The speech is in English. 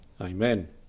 amen